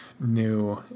new